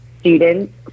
students